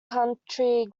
county